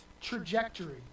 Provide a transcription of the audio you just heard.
trajectory